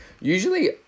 usually